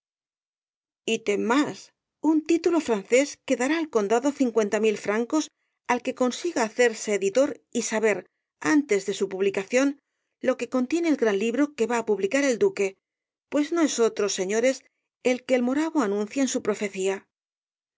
ítem más un título francés que dará al contado cincuenta mil francos al que consiga hacerse editor y saber antes de su publicación lo que contiene el gran libro que va á publicar el duque pues no es otro señores el que el moravo anuncia en su profecía